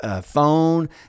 phone